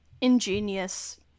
ingenious